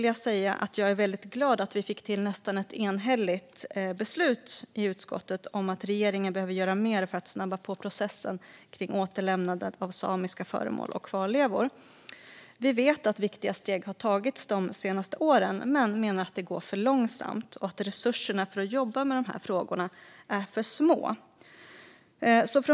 Jag är väldigt glad att utskottet fick till ett nästan enhälligt beslut om att regeringen behöver göra mer för att snabba på processen kring återlämnandet av samiska föremål och kvarlevor. Vi vet att viktiga steg har tagits de senaste åren, men vi menar att det går för långsamt och att resurserna för att jobba med dessa frågor är för små.